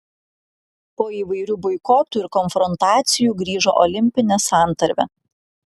po įvairių boikotų ir konfrontacijų grįžo olimpinė santarvė